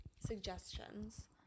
suggestions